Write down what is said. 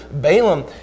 Balaam